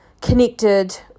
connected